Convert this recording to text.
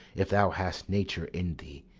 if thou hast nature in thee,